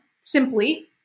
simply